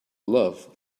love